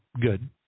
good